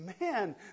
man